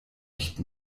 nicht